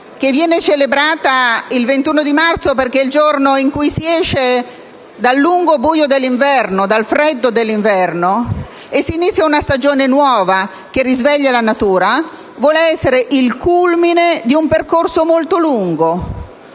- viene celebrata il 21 marzo, perché è il giorno in cui si esce dal lungo buio e dal freddo dell'inverno e inizia una stagione nuova, che risveglia la natura - vuole essere il culmine di un percorso molto lungo,